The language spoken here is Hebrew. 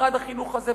משרד החינוך הזה,